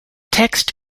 text